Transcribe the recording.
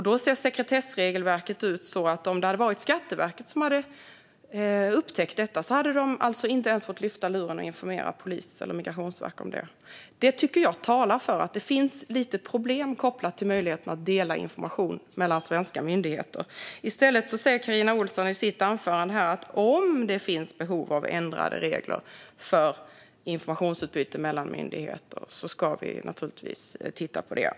Då ser sekretessregelverket på ett sådant sätt att om det hade varit Skatteverket som hade upptäckt detta hade de alltså inte ens fått lyfta luren och informera polisen eller Migrationsverket om det. Det tycker jag talar för att det finns lite problem kopplade till möjligheten att dela information mellan svenska myndigheter. I stället säger Carin Ohlsson i sitt anförande här att om det finns behov av ändrade regler för informationsutbyte mellan myndigheter ska vi naturligtvis titta på det.